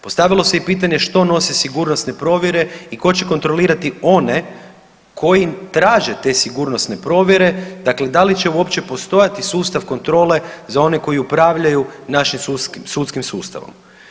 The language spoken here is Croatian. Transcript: Postavilo se i pitanje što nose sigurnosne provjere i tko će kontrolirati one koji traže te sigurnosne provjere, dakle da li će uopće postojati sustav kontrole za one koji upravljaju našim sudskim sustavom.